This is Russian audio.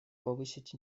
повысить